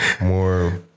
more